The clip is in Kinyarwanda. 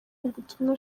ubutumwa